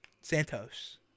Santos